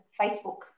Facebook